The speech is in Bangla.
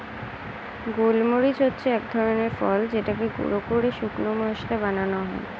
গোলমরিচ হচ্ছে এক ধরনের ফল যেটাকে গুঁড়ো করে শুকনো মসলা বানানো হয়